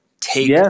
take